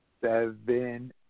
seven